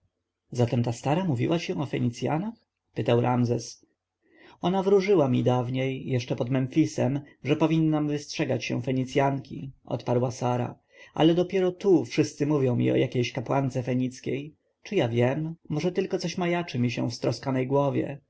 zatem ta stara mówiła ci o fenicjanach pytał ramzes ona wróżyła mi dawniej jeszcze pod memfisem że powinnam wystrzegać się fenicjanki odparła sara ale dopiero tu wszyscy mówią o jakiejś kapłance fenickiej czy ja wiem może tylko coś majaczy mi się w stroskanej głowie